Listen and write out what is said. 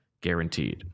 guaranteed